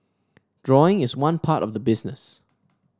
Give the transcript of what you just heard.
drawing is one part of the business